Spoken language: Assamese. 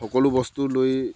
সকলো বস্তু লৈ